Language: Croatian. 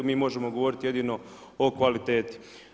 Mi možemo govoriti jedino o kvaliteti.